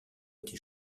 été